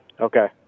Okay